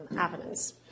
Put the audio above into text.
evidence